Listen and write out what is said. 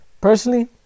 personally